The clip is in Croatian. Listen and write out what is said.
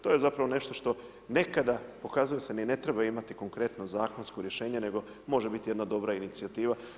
To je zapravo nešto što nekada pokazuje se ni ne treba imati konkretno zakonsko rješenje, nego može biti jedna inicijativa.